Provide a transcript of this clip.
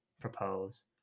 propose